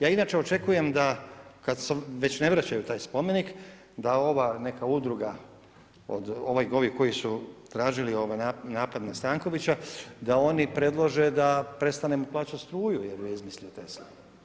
Ja inače očekujem da kad već ne vraćaju taj spomenik, da ova neka udruga od ovih koji su tražili napad na Stankovića, da oni predlože da prestanemo plaćati struju jer ju je izmislio Tesla.